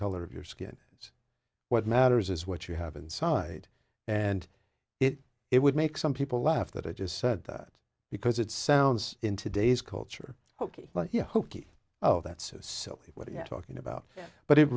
color of your skin it's what matters is what you have inside and it it would make some people laugh that i just said that because it sounds in today's culture hokey pokey oh that's so what are you talking about but it